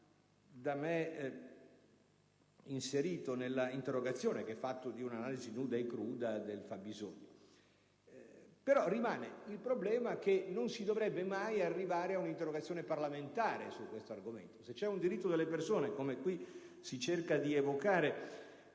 da me inserito nella interrogazione, che è fatto di un'analisi nuda e cruda del fabbisogno; però rimane il problema che non si dovrebbe mai arrivare alla necessità di presentare un'interrogazione parlamentare su questo argomento. Se c'è un diritto delle persone, come qui si cerca di evocare,